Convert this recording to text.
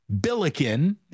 Billiken